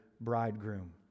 bridegroom